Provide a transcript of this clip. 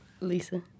Lisa